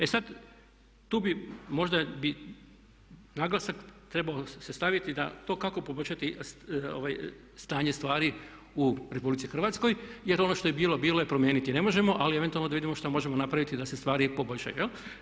E sad, tu bi možda naglasak trebao se staviti na to kako poboljšati stanje stvari u RH jer ono što je bilo, bilo je i promijeniti ne možemo, ali eventualno da vidimo što možemo napraviti da se stvari poboljšaju jel'